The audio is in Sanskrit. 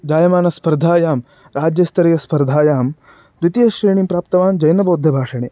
जायमानस्पर्धायां राज्यस्तरीयस्पर्धायां द्वितीयश्रेणिं प्राप्तवान् जैनबौद्धभाषणे